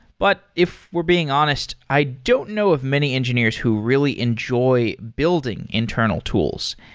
but if we're being honest, i don't know of many engineers who really enjoy building internal tools.